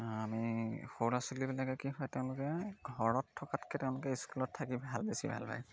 আমি সৰু ছোৱালীবিলাকে কি হয় তেওঁলোকে ঘৰত থকাতকৈ তেওঁলোকে স্কুলত থাকি ভাল বেছি ভাল পায়